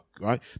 right